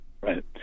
right